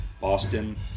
Boston